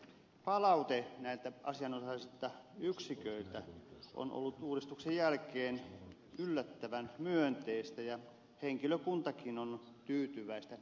palaute asianosaisilta yksiköiltä on ollut uudistuksen jälkeen yllättävän myönteistä ja henkilökuntakin on tyytyväistä nykyiseen toimintaan